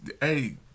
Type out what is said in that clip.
hey